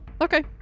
Okay